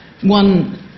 One